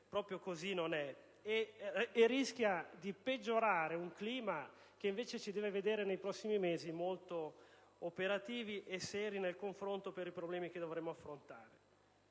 proprio non è: immagine che rischia di peggiorare un clima che invece ci deve vedere nei prossimi mesi molto operativi e seri nel confronto sui problemi che dovremo affrontare.